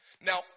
Now